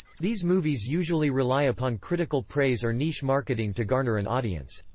these movies usually rely upon critical praise or niche marketing to garner an audience.